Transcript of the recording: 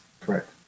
correct